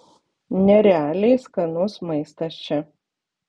nerealiai skanus maistas čia